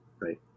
Right